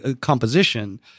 composition